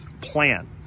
plan